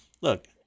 Look